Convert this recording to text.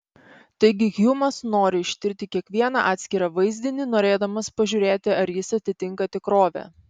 taigi hjumas nori ištirti kiekvieną atskirą vaizdinį norėdamas pažiūrėti ar jis atitinka tikrovę